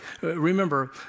Remember